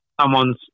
someone's